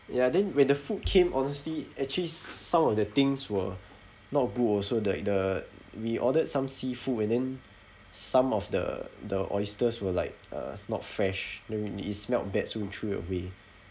ya then when the food came honestly actually s~ some of the things were not good also like the we ordered some seafood and then some of the the oysters were like uh not fresh then we need it smelt bad so we threw it away